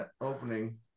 opening